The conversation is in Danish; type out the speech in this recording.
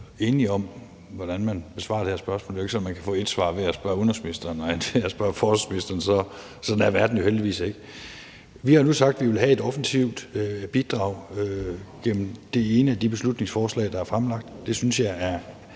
enige om, hvordan man besvarer det her spørgsmål. Det er jo ikke sådan, at man kan få et svar ved at spørge udenrigsministeren og et andet, når man så spørger forsvarsministeren. Sådan er verden jo heldigvis ikke. Vi har nu sagt, at vi vil have et offensivt bidrag gennem det ene af de beslutningsforslag, der er fremsat, og det synes jeg er